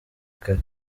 kare